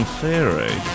theory